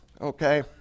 okay